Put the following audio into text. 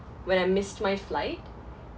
when I missed my flight